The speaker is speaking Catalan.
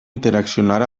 interaccionar